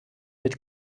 mit